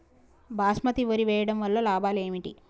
బాస్మతి వరి వేయటం వల్ల లాభాలు ఏమిటి?